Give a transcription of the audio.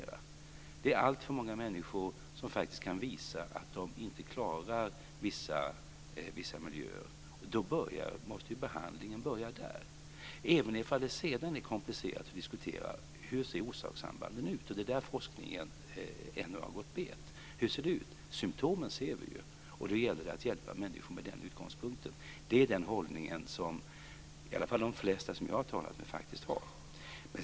Det är alltför många människor som kan visa att de inte klarar vissa miljöer. Då måste behandlingen börja där även om det sedan är komplicerat att diskutera hur orsakssambanden ser ut. Det är där forskningen ännu har gått bet. Hur ser det ut? Vi ser ju symtomen. Nu gäller det att hjälpa människor med den utgångspunkten. Det är den hållning som i varje fall de flesta som jag har talat med har.